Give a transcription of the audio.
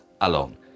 alone